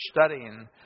studying